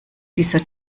dieser